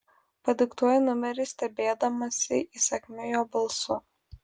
padiktuoju numerį stebėdamasi įsakmiu jo balsu